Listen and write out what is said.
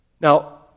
Now